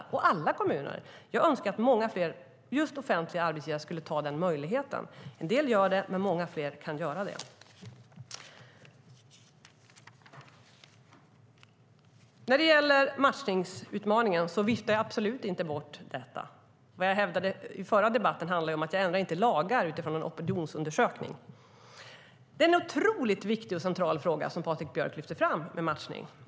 Det är upp till alla kommuner. Jag önskar att många fler offentliga arbetsgivare skulle ta denna möjlighet. En del gör det, men många fler kan göra det. Jag viftar absolut inte bort matchningsutmaningen. Vad jag hävdade i den förra debatten handlar om att jag ändå inte lagar utifrån en opinionsundersökning. Det är en otroligt viktig och central fråga som Patrik Björck lyfter fram när det handlar om matchning.